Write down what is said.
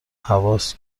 هواس